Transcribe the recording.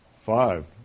Five